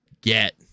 get